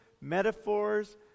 metaphors